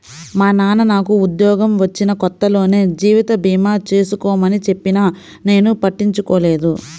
మా నాన్న నాకు ఉద్యోగం వచ్చిన కొత్తలోనే జీవిత భీమా చేసుకోమని చెప్పినా నేను పట్టించుకోలేదు